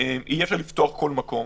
אי-אפשר לפתוח כל מקום